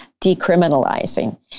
decriminalizing